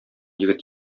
егет